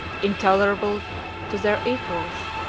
intolerable to their equals,